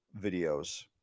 videos